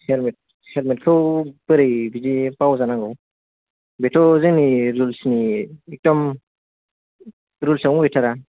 helmet हेलमेटखौ बोरै बिदि बावजानांगौ बेथ' जोंनि रुलस नि एखदम रुलस आवनो गैथारा